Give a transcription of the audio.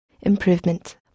improvement